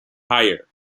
higher